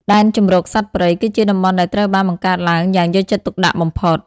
ដែនជម្រកសត្វព្រៃ គឺជាតំបន់ដែលត្រូវបានបង្កើតឡើងយ៉ាងយកចិត្តទុកដាក់បំផុត។